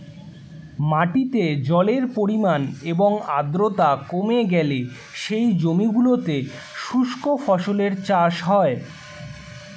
মাটিতে জলের পরিমাণ এবং আর্দ্রতা কমে গেলে সেই জমিগুলোতে শুষ্ক ফসলের চাষ হয়